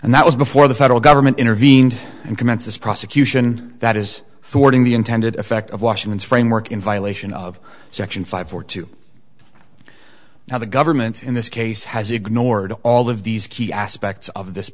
and that was before the federal government intervened and commenced this prosecution that is forcing the intended effect of washington's framework in violation of section five hundred two now the government in this case has ignored all of these key aspects of this